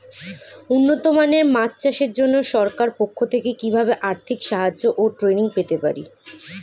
উন্নত মানের মাছ চাষের জন্য সরকার পক্ষ থেকে কিভাবে আর্থিক সাহায্য ও ট্রেনিং পেতে পারি?